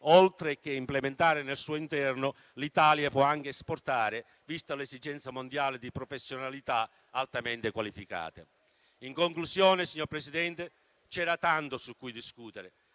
oltre che implementare al proprio interno, l'Italia può anche esportare, vista l'esigenza mondiale di professionalità altamente qualificate. In conclusione, signor Presidente, c'era tanto su cui discutere,